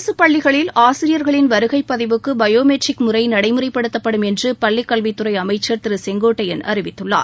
அரசுப் பள்ளிகளில் ஆசிரியர்களின் வருகைப் பதிவுக்கு பயோமெட்ரிக் முறை நடைமுறைப்படுத்தப்படும் என்று பள்ளிக் கல்வித்துறை அமைச்சர் திரு செய்கோட்டையன் அறிவித்துள்ளார்